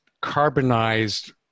carbonized